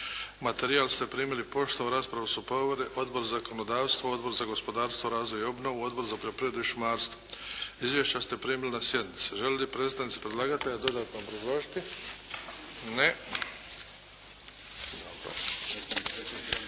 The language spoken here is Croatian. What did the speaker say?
Materijal ste primili poštom. Raspravu su proveli Odbor za zakonodavstvo, Odbor za gospodarstvo, razvoj i obnovu, Odbor za poljoprivredu i šumarstvo. Izvješća ste primili na sjednici. Žele li predstavnici predlagatelja dodatno obrazložiti? Ne.